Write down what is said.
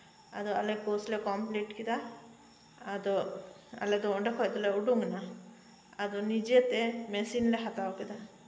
ᱟᱫᱚ ᱟᱞᱮ ᱠᱳᱨᱥ ᱞᱮ ᱠᱚᱢᱯᱤᱞᱤᱴ ᱠᱮᱫᱟ ᱟᱫᱚ ᱟᱞᱮ ᱫᱚ ᱚᱸᱰᱮ ᱠᱷᱚᱱ ᱫᱚᱞᱮ ᱩᱰᱩᱠᱮᱱᱟ ᱟᱫᱚ ᱱᱤᱡᱮᱛᱮ ᱢᱮᱥᱤᱱ ᱞᱮ ᱦᱟᱛᱟᱣ ᱠᱮᱫᱟ